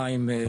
מים,